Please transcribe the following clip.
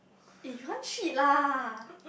eh you don't cheat lah